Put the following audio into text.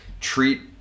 treat